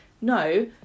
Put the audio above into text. No